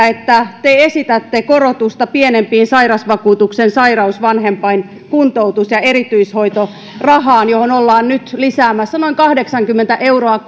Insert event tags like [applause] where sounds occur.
[unintelligible] että te esitätte korotusta pienimpiin sairausvakuutuksen sairaus vanhempain kuntoutus ja erityishoitorahaan joihin ollaan nyt lisäämässä noin kahdeksankymmentä euroa [unintelligible]